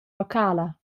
locala